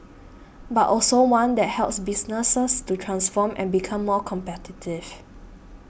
but also one that helps businesses to transform and become more competitive